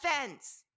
fence